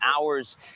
hours